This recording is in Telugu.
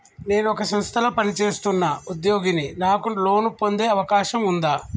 నేను ఒక సంస్థలో పనిచేస్తున్న ఉద్యోగిని నాకు లోను పొందే అవకాశం ఉందా?